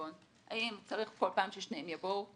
בחשבון האם צריך כל פעם ששניהם יבואו.